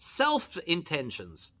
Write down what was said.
self-intentions